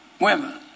Women